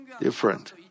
different